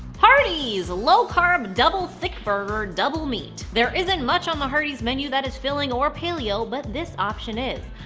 hardee's low carb double thickburger, double meat. there isn't much on the hardee's menu that is filling or paleo, but this option is.